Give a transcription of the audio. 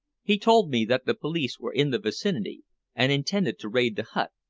he told me that the police were in the vicinity and intended to raid the hut,